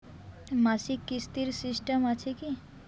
মাসিক কিস্তির সিস্টেম আছে কি?